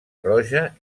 roja